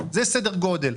זה סדר הגודל.